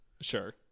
Sure